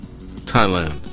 Thailand